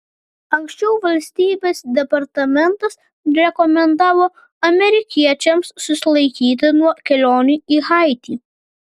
anksčiau valstybės departamentas rekomendavo amerikiečiams susilaikyti nuo kelionių į haitį